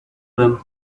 them